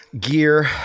gear